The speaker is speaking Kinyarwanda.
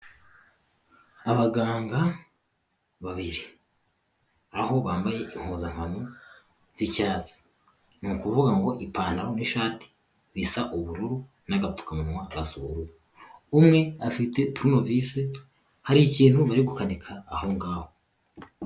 Abaganga babiri aho bambaye impuzankano z'icyatsi ni ukuvuga ngo ipantaro n'ishati bisa ubururu n'agapfukamunwa, umwe afite turunevise hari ikintu bari gukanika aho ngaho.